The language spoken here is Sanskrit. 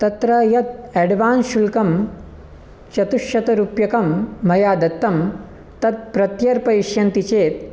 तत्र यत् एड्वांशुल्कं चतुश्शतरूप्यकं मया दत्तं तत् प्रत्यर्पयिष्यन्ति चेत्